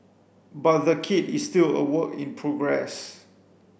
but the kit is still a work in progress